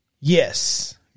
Yes